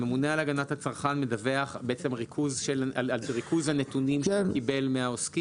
הממונה על הגנת הצרכן מדווח על ריכוז הנתונים שהוא קיבל מהעוסקים?